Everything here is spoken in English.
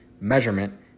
measurement